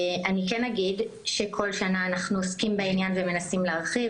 אני כן אגיד שאנחנו כל שנה עוסקים בעניין ומנסים להרחיב.